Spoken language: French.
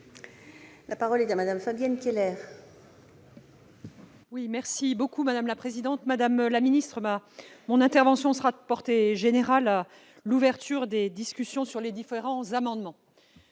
La parole est à Mme Fabienne Keller,